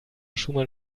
schumann